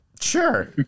Sure